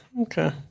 Okay